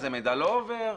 איזה מידע לא עובר.